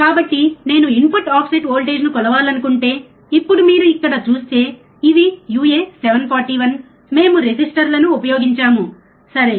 కాబట్టి నేను input offset వోల్టేజ్ను కొలవాలనుకుంటే ఇప్పుడు మీరు ఇక్కడ చూస్తే ఇవి uA741 మేము రెసిస్టర్లను ఉపయోగించాము సరే